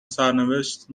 سرنوشت